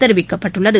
தெரிவிக்கப்பட்டுள்ளது